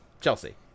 Chelsea